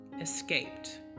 escaped